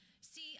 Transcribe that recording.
See